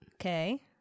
okay